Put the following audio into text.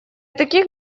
таких